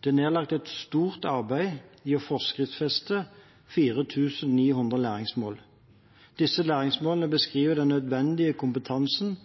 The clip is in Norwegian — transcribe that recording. Det er nedlagt et stort arbeid i å forskriftsfeste 4 900 nye læringsmål. Disse læringsmålene beskriver den nødvendige kompetansen